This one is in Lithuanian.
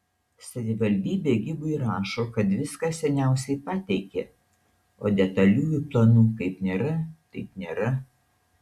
savivaldybė gibui rašo kad viską seniausiai pateikė o detaliųjų planų kaip nėra taip nėra